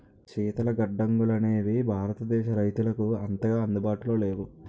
శీతల గడ్డంగులనేవి భారతదేశ రైతులకు అంతగా అందుబాటులో లేవు